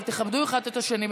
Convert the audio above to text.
אבל תכבדו אחד את השני,